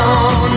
on